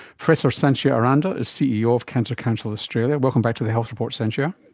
professor sanchia aranda is ceo of cancer council australia. welcome back to the health report, sanchia.